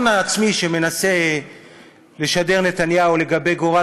הביטחון העצמי שנתניהו מנסה לשדר לגבי גורל